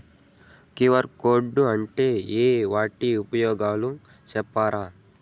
QR code అంటే ఏమి వాటి ఉపయోగాలు సెప్తారా?